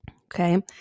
Okay